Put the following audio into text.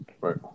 Right